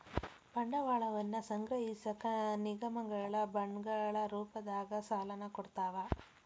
ಬಂಡವಾಳವನ್ನ ಸಂಗ್ರಹಿಸಕ ನಿಗಮಗಳ ಬಾಂಡ್ಗಳ ರೂಪದಾಗ ಸಾಲನ ಕೊಡ್ತಾವ